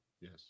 Yes